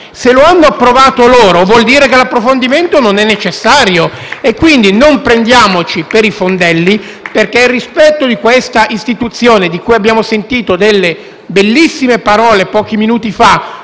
Se lo hanno approvato loro vuol dire che l'approfondimento non è necessario. *(Applausi dal Gruppo PD)*. Quindi, non prendiamoci per i fondelli, perché il rispetto di questa istituzione - su cui abbiamo sentito bellissime parole pochi minuti fa